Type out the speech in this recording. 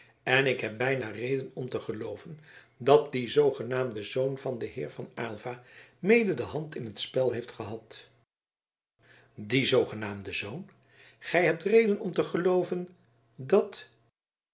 en ik heb bijna reden om te gelooven dat die zoogenaamde zoon van den heer van aylva mede de hand in t spel heeft gehad die zoogenaamde zoon gij hebt reden om te gelooven dat